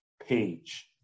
page